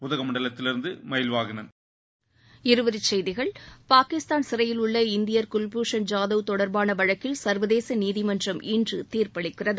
உதகையிலிருந்து மஹில் வாகனன் இருவரிச் செய்திகள் பாகிஸ்தான் சிறையில் உள்ள இந்தியர் குவ்பூஷண் ஜாதவ் தொடர்பான வழக்கில் சர்வதேச நீதிமன்றம் இன்று தீர்ப்பளிக்கிறது